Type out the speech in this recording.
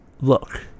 look